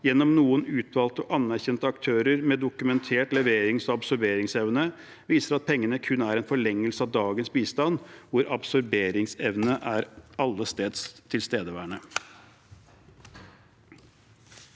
gjennom noen utvalgte etablerte og anerkjente aktører med dokumentert leverings- og absorberingsevne», viser at pengene kun er en forlengelse av dagens bistand, hvor absorberingsevne er allesteds tilstedeværende.